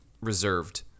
reserved